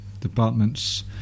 Department's